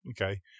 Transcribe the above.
Okay